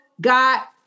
got